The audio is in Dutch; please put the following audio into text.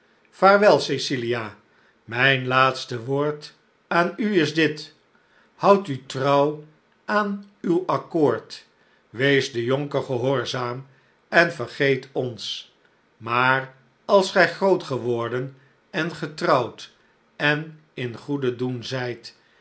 vaarwel cecilia mijn laatste woord aan u is dit houd u trouw aan uw accoord wees den jonker gehoorzaam en vergeet ons maar als gij groot geworden en getrouwd en in goeden doen zijt